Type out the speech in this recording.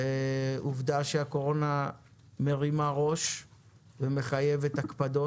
ועובדה שהקורונה מרימה ראש ומחייבת הקפדה.